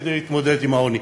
כדי להתמודד עם העוני.